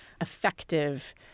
effective